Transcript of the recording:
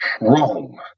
wrong